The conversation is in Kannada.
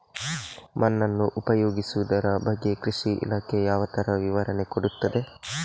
ಮಣ್ಣನ್ನು ಉಪಯೋಗಿಸುದರ ಬಗ್ಗೆ ಕೃಷಿ ಇಲಾಖೆ ಯಾವ ತರ ವಿವರಣೆ ಕೊಡುತ್ತದೆ?